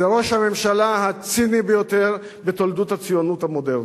זה ראש הממשלה הציני ביותר בתולדות הציונות המודרנית,